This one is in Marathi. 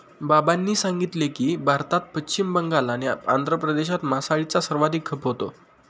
बाबांनी सांगितले की, भारतात पश्चिम बंगाल आणि आंध्र प्रदेशात मासळीचा सर्वाधिक खप होतो